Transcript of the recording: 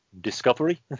discovery